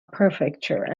prefecture